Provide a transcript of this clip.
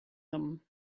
them